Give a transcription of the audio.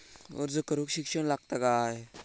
अर्ज करूक शिक्षण लागता काय?